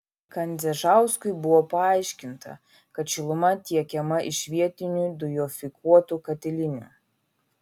kandzežauskui buvo paaiškinta kad šiluma tiekiama iš vietinių dujofikuotų katilinių